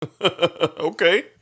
okay